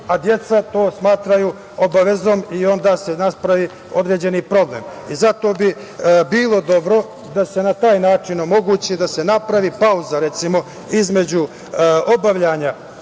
a deca to smatraju obavezom i onda se napravi određeni problem. Zato bi bilo dobro da se na taj način omogući da se napravi pauza između obavljanja